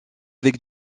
avec